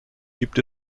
gibt